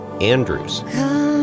Andrews